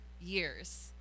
years